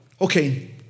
okay